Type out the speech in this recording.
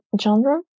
genre